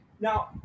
Now